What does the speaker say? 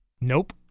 Nope